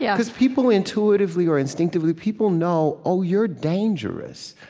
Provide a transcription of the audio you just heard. yeah because people intuitively or instinctively, people know, oh, you're dangerous.